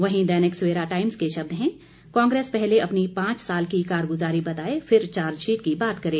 वहीं दैनिक सवेरा टाइम्स के शब्द हैं कांग्रेस पहले अपनी पांच साल की कारगुजारी बताए फिर चार्जशीट की बात करे